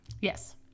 yes